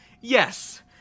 Yes